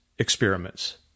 experiments